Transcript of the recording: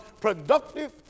productive